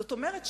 זאת אומרת,